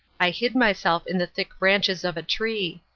i hid myself in the thick branches of a tree.